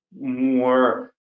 more